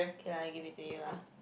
okay lah I give it to you lah